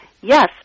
yes